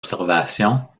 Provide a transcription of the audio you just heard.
observations